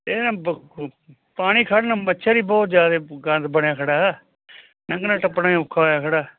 ਇਹ ਨਾ ਬ ਪਾਣੀ ਖੜ੍ਹਨ ਮੱਛਰ ਹੀ ਬਹੁਤ ਜ਼ਿਆਦਾ ਗੰਦ ਬਣਿਆ ਖੜ੍ਹਾ ਲੰਘਣਾ ਟੱਪਣਾ ਹੀ ਔਖਾ ਹੋਇਆ ਖੜ੍ਹਾ